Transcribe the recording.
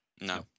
No